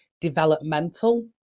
developmental